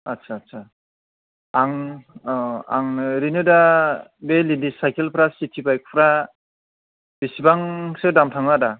आदसा आदसा आं आं ओरैनो दा बे लेडिस सायखेलफ्रा सिटि बाइकफ्रा बेसेबांसो दाम थाङो आदा